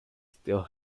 still